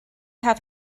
have